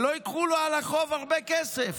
שלא ייקחו לו על החוב הרבה כסף?